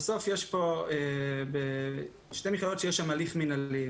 בסוף יש פה שתי מכללות שיש בהן הליך מנהלי.